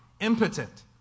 impotent